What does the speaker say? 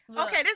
okay